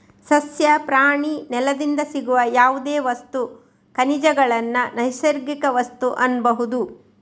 ಸಸ್ಯ, ಪ್ರಾಣಿ, ನೆಲದಿಂದ ಸಿಗುವ ಯಾವುದೇ ವಸ್ತು, ಖನಿಜಗಳನ್ನ ನೈಸರ್ಗಿಕ ವಸ್ತು ಅನ್ಬಹುದು